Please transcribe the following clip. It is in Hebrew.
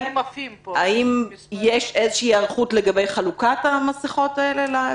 האם יש איזו היערכות לגבי חלוקת המסכות האלה לאזרחים?